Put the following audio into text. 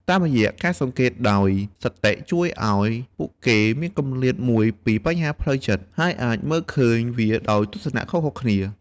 តាមរយៈការសង្កេតដោយ សតិជួយឱ្យពួកគេមានគម្លាតមួយពីបញ្ហាផ្លូវចិត្ត ហើយអាចមើលឃើញវាដោយទស្សនៈខុសគ្នា។